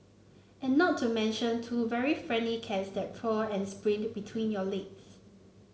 and not to mention two very friendly cats that purr and sprint between your legs